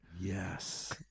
Yes